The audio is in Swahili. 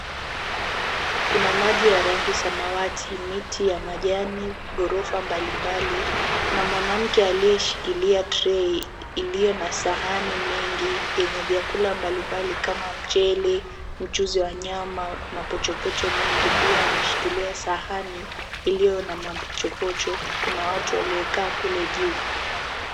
Kuna maji ya rangi samawati miti ya majani ghorofa mbali mbali. kuna mwanamke aliyeshikilia trey iliyona sahani mingi yenye vyakula mbali mbali kama mchele, mchuzi wa nyama, mapochopocho mingi. Pia ameshikilia sahani iliyo na mapochopocho. Kuna watu waliyekaa kule juu.